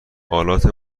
آلات